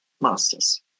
masters